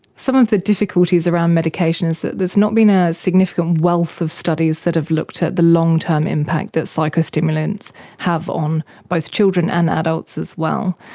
some of the difficulties around medication is that there has not been a significant wealth of studies that have looked at the long-term impact that psychostimulants have on both children and adults as well.